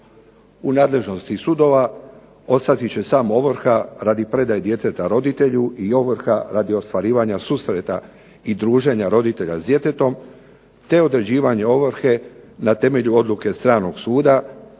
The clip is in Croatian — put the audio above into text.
U nadležnosti sudova ostati će samo ovrha radi predaje djeteta roditelju i ovrha radi ostvarivanja susreta i druženja roditelja s djetetom te određivanje ovrhe na temelju odluke stranog suda,